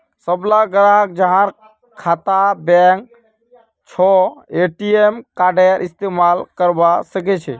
सबला ग्राहक जहार खाता बैंकत छ ए.टी.एम कार्डेर इस्तमाल करवा सके छे